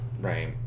Right